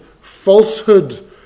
falsehood